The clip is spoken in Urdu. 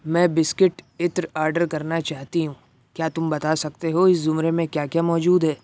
میں بسکٹ عطر آڈر کرنا چاہتی ہوں کیا تم بتا سکتے ہو اس زمرے میں کیا کیا موجود ہے